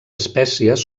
espècies